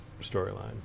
storyline